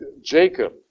Jacob